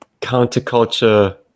counterculture